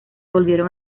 volvieron